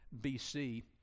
BC